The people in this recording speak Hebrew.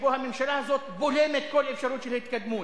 שבו הממשלה הזאת בולמת כל אפשרות של התקדמות,